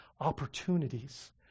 opportunities